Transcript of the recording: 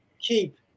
keep